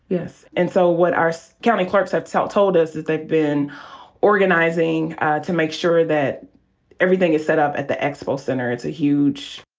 yes. and so what our so county clerks have told us is they've been organizing to make sure that everything is set up at the expo center. it's a huge,